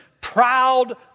proud